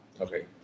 okay